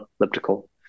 elliptical